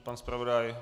Pan zpravodaj?